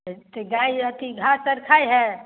अ तऽ गाय आ अथी घास सब खाइत हए